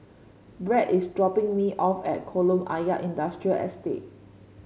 Brad is dropping me off at Kolam Ayer Industrial Estate